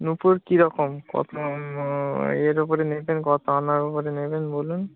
নূপুর কীরকম কত এর ওপরে নেবেন কত আনার ওপরে নেবেন বলুন